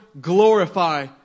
glorify